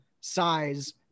size